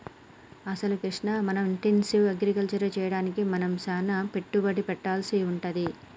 అసలు కృష్ణ మనం intensive agriculture సెయ్యడానికి మనం సానా పెట్టుబడి పెట్టవలసి వుంటది